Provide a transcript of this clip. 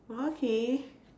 oh okay